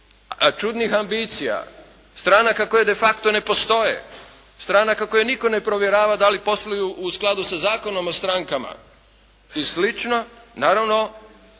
čudnih ambicija, stranaka koje de facto ne postoje. Stranaka koje nitko ne provjerava da li posluju u skladu sa Zakonom o strankama i slično, naravno